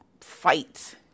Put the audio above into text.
fight